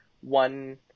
one